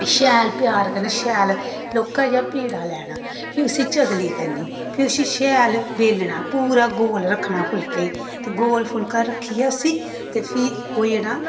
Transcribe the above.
शैल प्यार कन्नै शैल लौह्का जेहा पैड़ा लेना फ्ही उसी चकली करनी फ्ही उसी शैल बेलना पूरा गोल रक्खना फुलके गी ते गोल फुलका रक्खेआ उसी ते फ्ही कोई